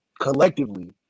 collectively